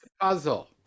puzzle